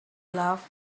love